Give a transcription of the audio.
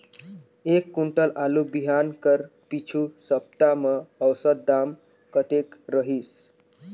एक कुंटल आलू बिहान कर पिछू सप्ता म औसत दाम कतेक रहिस?